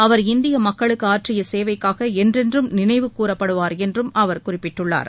அவர் இந்திய மக்களுக்கு ஆற்றிய சேவைக்காக என்றென்றும் நினைவு கூரப்படுவார் என்றம் அவர் குறிப்பிட்டுள்ளார்